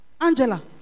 Angela